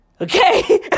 Okay